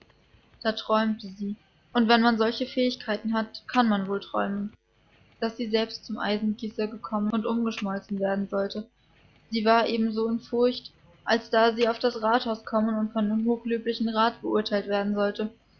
da träumte sie und wenn man solche fähigkeiten hat kann man wohl träumen daß sie selbst zum eisengießer gekommen und umgeschmolzen werden sollte sie war eben so in furcht als da sie auf das rathaus kommen und von dem hochlöblichen rat beurteilt werden sollte